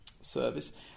service